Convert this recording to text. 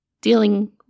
Dealing